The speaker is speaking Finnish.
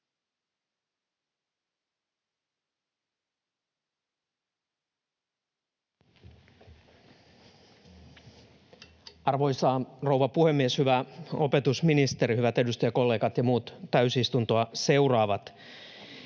Arvoisa rouva puhemies! Hyvä opetusministeri, hyvät edustajakollegat ja muut täysistuntoa seuraavat!